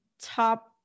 Top